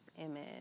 image